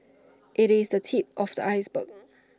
IT is the tip of the iceberg